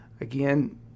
again